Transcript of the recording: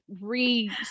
re